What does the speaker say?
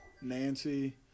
Nancy